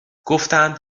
گفتند